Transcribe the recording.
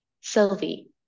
Sylvie